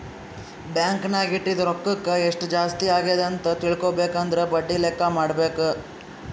bank ನಾಗ್ ಇಟ್ಟಿದು ರೊಕ್ಕಾಕ ಎಸ್ಟ್ ಜಾಸ್ತಿ ಅಗ್ಯಾದ್ ಅಂತ್ ತಿಳ್ಕೊಬೇಕು ಅಂದುರ್ ಬಡ್ಡಿ ಲೆಕ್ಕಾ ಮಾಡ್ಬೇಕ